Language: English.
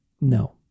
No